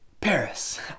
Paris